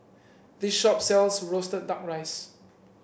this shop sells roasted duck rice